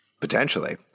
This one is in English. Potentially